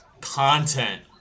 content